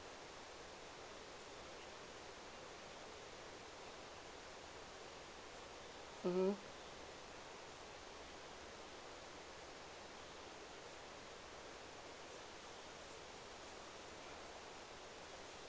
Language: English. mmhmm